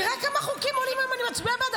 תראה כמה חוקים עולים היום ואני מצביעה בעדם.